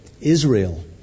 Israel